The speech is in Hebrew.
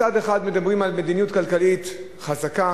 מצד אחד מדברים על מדיניות כלכלית חזקה,